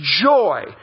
joy